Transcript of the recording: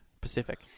Pacific